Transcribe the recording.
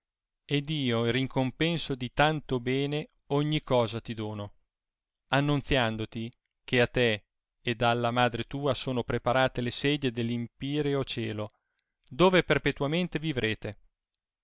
ed io in ricompenso di tanto bene ogni cosa ti dono annonziandoti che a te ed alla madre tua sono preparate le sedie nell empireo cielo dove perpetuamente vivrete